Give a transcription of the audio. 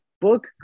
book